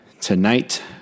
tonight